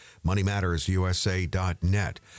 MoneyMattersUSA.net